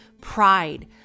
pride